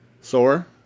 Sore